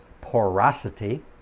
porosity